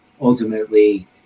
Ultimately